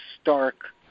stark